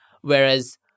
Whereas